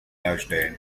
herstellen